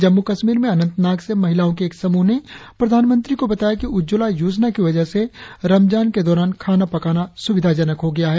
जम्मू कश्मीर में अनंतनाग से महिलाओं के एक समूह ने प्रधानमंत्री को बताया कि उज्ज्वला योजना की वजह से रमजान के दौरान खाना पकाना सुविधाजनक हो गया है